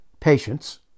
Patience